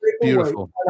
Beautiful